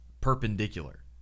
perpendicular